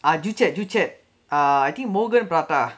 ah joo chiat joo chiat I think morgan prata